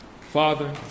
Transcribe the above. Father